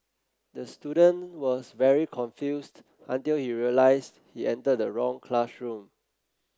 the student was very confused until he realised he entered the wrong classroom